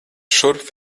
šurp